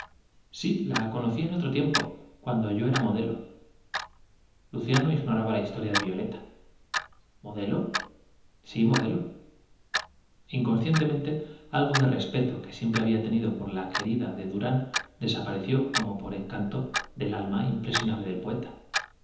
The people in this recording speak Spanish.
p la conocí cuando yo sí en otro tíempc era modelo luciano la historia de violeta ignoraba modelo sí mo'delo inconscientemente algo del respeto que siempre había tenido por la querida de durán desapareció como por encanto del alma impresionable del poeta